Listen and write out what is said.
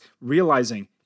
realizing